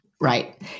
Right